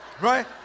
right